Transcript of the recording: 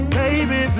baby